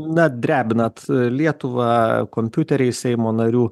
na drebinat lietuvą kompiuteriais seimo narių